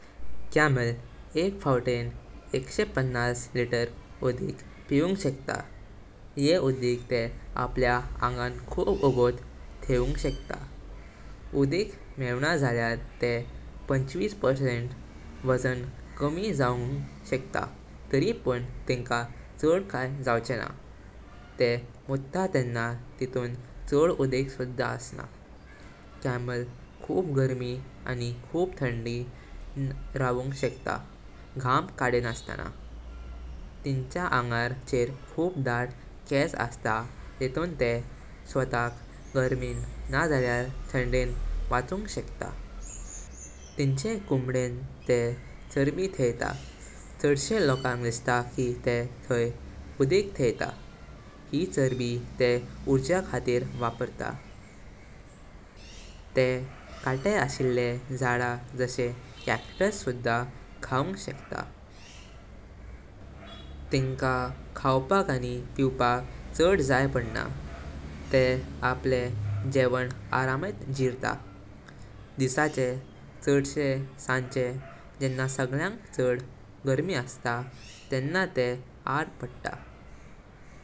Camel एक फावतें एकशे पन्नास लिटर उडिक पिवुंग शकता। ये उडिक ते अपल्यान आंगण खुप वगोत ठेवुंग शकता। उडिक मेवणां झाल्यार ते पाच्विस परसेंट वजन कमी जाजुंग शकता तरी पण तिनका छड काई जागचेंना। ते मुत्त तेंना तितुन छड उडिक सुद्धा असना। कॅमल खुप गर्में आनी खुप थाडें रवुंग शकता गावां कडिनसताना। तिंचा आंगार छेर खुप डाट केस असता गीतुन ते स्वतक गरमी नाजल्यार थांडेंचन वाचुंग शकता। तिंचे कंम्बडें ते चारבי तेइता, छडशे लोंकांग दिस्ता कि ते उडिक तेइता। हि चारबी ते उर्जा खातीर वापरता। ते कत्ते अशिलें जादा जशे कॅक्टस सुद्धा खावुंग शकता। तिनका खावपाक आनी पिवपाक छड जाय पडना। ते आप्ले गेवन अरामेत जिरता। दिसाचे छडशे सांजिक जेव्हा सगळांग छड गरमी असता तेंना ते आद पाडता।